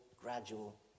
gradual